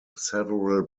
several